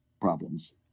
problems